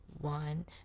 one